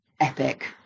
epic